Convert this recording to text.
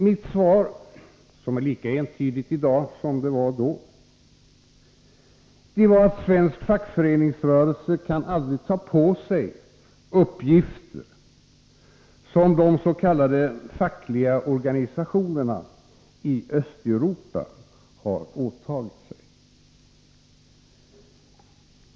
Mitt svar, som är lika entydigt i dag som det var då, var att svensk fackföreningsrörelse aldrig kan ta på sig uppgifter som de s.k. fackliga organisationerna i Östeuropa har åtagit sig.